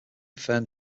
firm